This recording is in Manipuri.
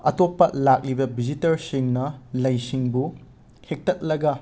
ꯑꯇꯣꯞꯄ ꯂꯥꯛꯂꯤꯕ ꯕꯤꯖꯤꯇꯔꯁꯁꯤꯡꯅ ꯂꯩꯁꯤꯡꯕꯨ ꯍꯦꯛꯇꯠꯂꯒ